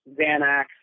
Xanax